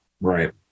right